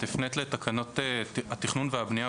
את הפנית לתקנות התכנון והבנייה,